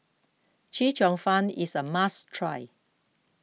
Chee Cheong Fun is a must try